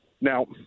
Now